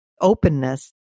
openness